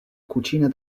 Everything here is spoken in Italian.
cucina